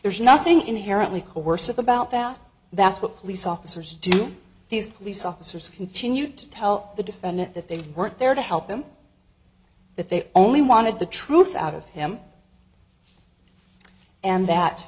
there's nothing inherently coercive about that that's what police officers do these police officers continue to tell the defendant that they weren't there to help them that they only wanted the truth out of him and that